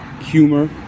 humor